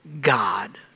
God